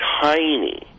tiny